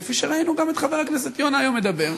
כפי שראינו גם את חבר הכנסת יונה היום מדבר,